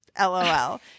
LOL